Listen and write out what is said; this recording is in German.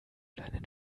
deinen